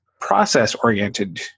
process-oriented